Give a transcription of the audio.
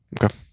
okay